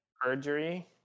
Perjury